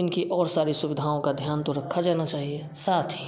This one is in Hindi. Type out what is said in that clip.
इनकी और सारी सुविधाओं का ध्यान तो रखा जाना चाहिए साथ ही